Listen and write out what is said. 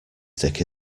stick